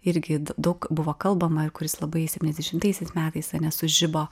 irgi daug buvo kalbama ir kuris labai septyniasdešimtaisiais metais ane sužibo